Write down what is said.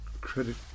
credit